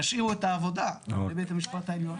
תשאירו את העבודה לבית המשפט העליון.